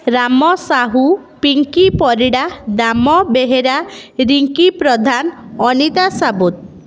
Ram Sahu Pinki Parida Dama Behera Rinki Pradhan Anita Sabut